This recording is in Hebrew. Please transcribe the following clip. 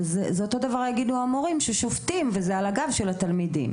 אבל זה אותו דבר יגידו המורים ששובתים וזה על הגב של התלמידים.